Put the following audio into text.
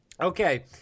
Okay